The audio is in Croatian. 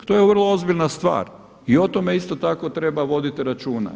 To je vrlo ozbiljna stvar i o tome isto tako treba voditi računa.